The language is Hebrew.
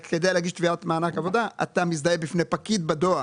הרי כדי להגיש תביעה למענק עבודה אתה מזדהה בפני פקיד בדואר,